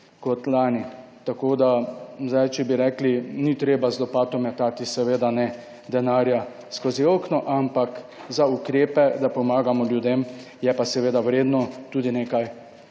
kot lani. Tako da, zdaj, če bi rekli, ni treba z lopato metati, seveda ne denarja skozi okno, ampak za ukrepe, da pomagamo ljudem, je pa seveda vredno tudi nekaj